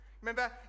Remember